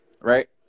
right